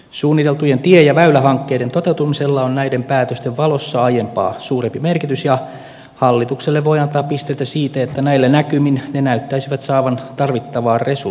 suunniteltujen tie ja väylähankkeiden toteutumisella on näiden päätösten valossa aiempaa suurempi merkitys ja hallitukselle voi antaa pisteitä siitä että näillä näkymin ne näyttäisivät saavan tarvittavaa resursointia